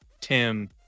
tim